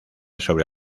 sobre